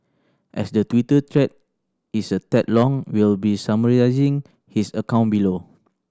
as the Twitter thread is a tad long we'll be summarising his account below